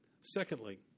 Secondly